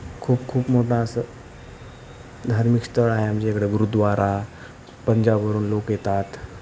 खूप खूप मोठं असं धार्मिक स्थळ आहे आमच्या इकडं गुरुद्वारा पंजाबवरून लोक येतात